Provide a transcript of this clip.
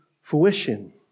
fruition